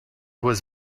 was